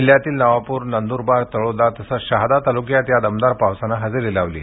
जिल्ह्यातील नवापुर नंद्रबार तळोदा तसेच शहादा तालुक्यात या दमदार पावसाने हजेरी लावली आहे